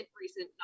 recent